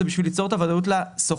זה כדי ליצור את הוודאות לשוכרים.